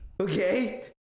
Okay